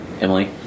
Emily